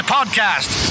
Podcast